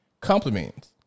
compliments